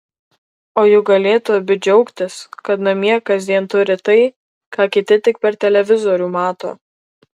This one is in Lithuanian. o juk galėtų abi džiaugtis kad namie kasdien turi tai ką kiti tik per televizorių mato